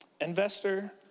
Investor